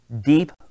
deep